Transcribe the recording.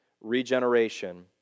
Regeneration